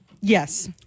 Yes